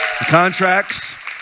Contracts